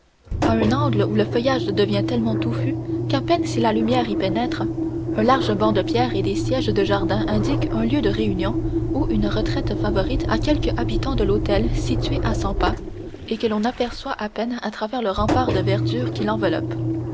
à un angle où le feuillage devient tellement touffu qu'à peine si la lumière y pénètre un large banc de pierre et des sièges de jardin indiquent un lieu de réunion ou une retraite favorite à quelque habitant de l'hôtel situé à cent pas et que l'on aperçoit à peine à travers le rempart de verdure qui l'enveloppe